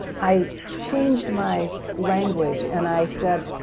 i changed my language and i said,